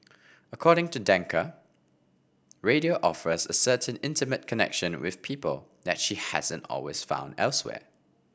according to Danker radio offers a certain intimate connection with people that she hasn't always found elsewhere